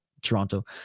Toronto